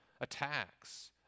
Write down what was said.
attacks